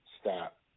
stop